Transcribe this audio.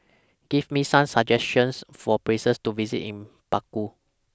Give Me Some suggestions For Places to visit in Baku